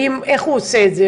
מה הוא יכול לעשות?